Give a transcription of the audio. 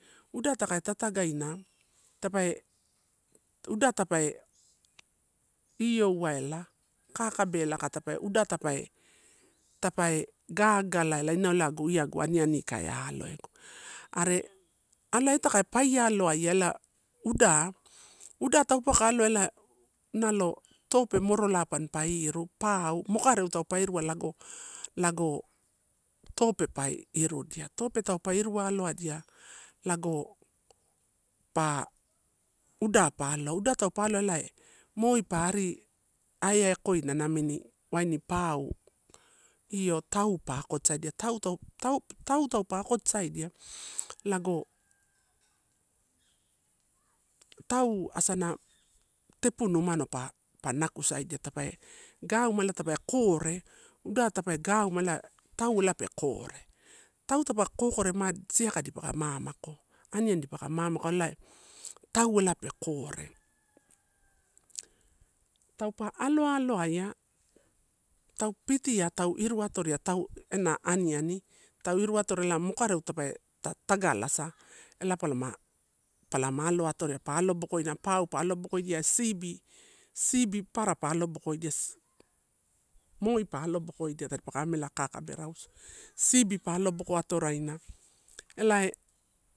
Uda taka tatagaina tape, uda tapai io uela kakabela kaka tape, uda tapai, tapai gagaela inau ela, i agu aniani i ka aloegu. Are ala e taka pai aloaia ela uda, uda taupauwa pa aloa ela nalo tope morolai pampa iru, pau mokareu taupe pairua lago, lago tope pa irudia. Topee taupe iru alowadia lago pa uda pa aloa, uda taupe aloa ela moi pa ri aiaikoina namini aini pau io tau pa akoto saiadia, tau tauto taupe akota saidia lago, tau asana tepunu umano pa nakusaidia. Tape gauma ela tape kore, uda tape gauma ela tau la pe kore, tau tapa kokore ma siaka dipa ka mamako, aniani elipaka mamaku elai tau ela pe kore. Taupe alo, aloaia, tau pitia, tau iru atoria, tau ena aniani, tau iruatori mokareu tape tagalasa ela palama, palama alo atoria, pa alobokoina, pau pa alobokoidia sibi, sibi para pa atobokoidia, moipa lo bokoidia tadipa ka amela kakabe rausu, sibi pa alobokoatoraina elae.